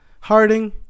Harding